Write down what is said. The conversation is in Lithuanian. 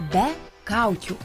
be kaukių